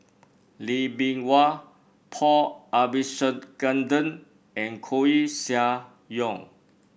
Lee Bee Wah Paul Abisheganaden and Koeh Sia Yong